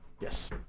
Yes